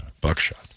buckshot